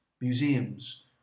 museums